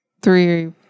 three